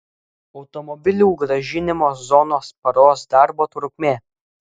automobilių grąžinimo zonos paros darbo trukmė